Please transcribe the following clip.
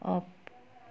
off